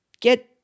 get